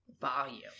volume